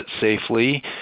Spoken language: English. safely